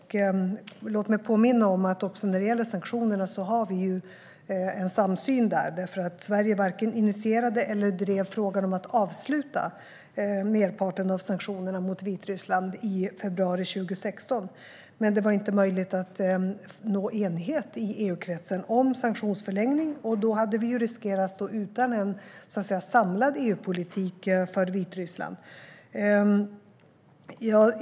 Låt mig påminna om att vi har en samsyn även när det gäller sanktionerna. Sverige varken initierade eller drev frågan om att avsluta merparten av sanktionerna mot Vitryssland i februari 2016, men det var inte möjligt att nå enighet i EU-kretsen om sanktionsförlängning. Då hade vi riskerat att stå utan en samlad EU-politik för Vitryssland.